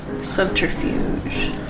subterfuge